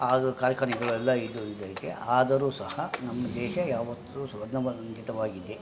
ಹಾಗು ಕಾರ್ಖಾನೆಗಳೆಲ್ಲ ಇದು ಆದರೂ ಸಹ ನಮ್ಮ ದೇಶ ಯಾವತ್ತೂ ಸ್ವರ್ಣವಂಜಿತವಾಗಿದೆ